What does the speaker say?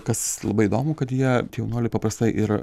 kas labai įdomu kad jie tie jaunuoliai paprastai ir